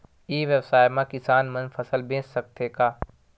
ई व्यवसाय म किसान मन फसल बेच सकथे का?